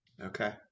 Okay